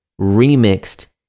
remixed